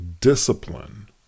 discipline